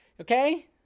okay